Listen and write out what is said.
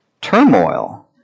Turmoil